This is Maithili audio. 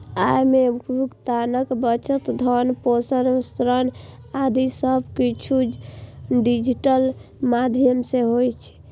अय मे भुगतान, बचत, धन प्रेषण, ऋण आदि सब किछु डिजिटल माध्यम सं होइ छै